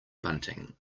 bunting